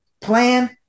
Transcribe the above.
plan